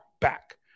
back